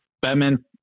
Batman